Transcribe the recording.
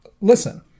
Listen